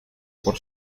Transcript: por